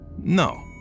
no